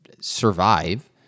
survive